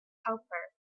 helper